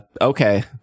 Okay